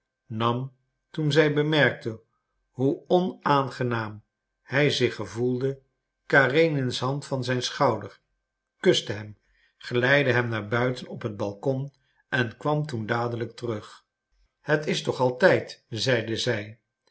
nam toen zij bemerkte hoe onaangenaam hij zich gevoelde karenins hand van zijn schouder kuste hem geleidde hem naar buiten op het balkon en kwam toen dadelijk terug het is toch al tijd zeide zij